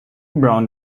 brown